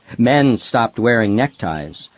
men stopped wearing neckties,